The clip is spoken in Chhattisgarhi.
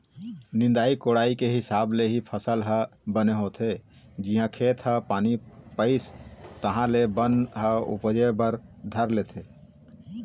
निंदई कोड़ई के हिसाब ले ही फसल ह बने होथे, जिहाँ खेत ह पानी पइस तहाँ ले बन ह उपजे बर धर लेथे